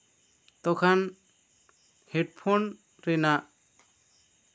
ᱛᱚᱠᱷᱟᱱ headphone ᱨᱮᱱᱟᱜ